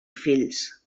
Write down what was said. fills